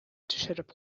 төшереп